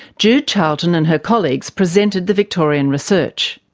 jude charlton and her colleagues presented the victorian research.